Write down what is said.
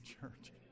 church